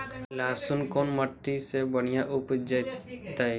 लहसुन कोन मट्टी मे बढ़िया उपजतै?